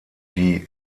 die